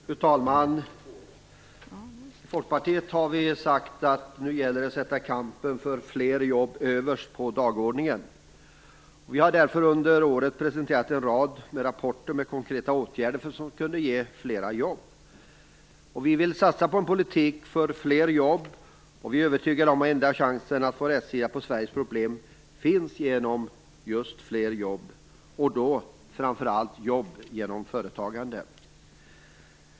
Fru talman! I Folkpartiet har vi sagt att nu gäller det att sätta kampen för fler jobb överst på dagordningen. Vi har därför under året presenterat en rad rapporter med konkreta åtgärder som skulle kunna ge flera jobb. Vi vill satsa på en politik för fler jobb, och vi är övertygade om att den enda chansen att få rätsida på Sveriges problem är en satsning på just fler jobb, och då framför allt jobb genom företagande.